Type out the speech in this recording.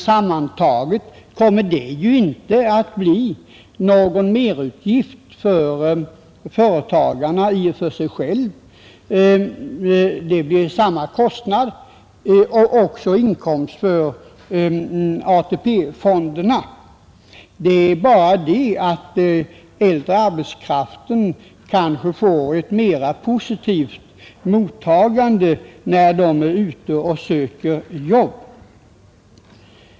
Sammantaget kommer det ju inte att bli någon merutgift för företagarna, och det blir samma inkomst för ATP-fonderna. Men det kan medföra att äldre arbetskraft kanske får ett mera positivt mottagande när den är ute och söker jobb.